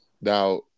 Now